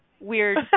weird